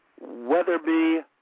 Weatherby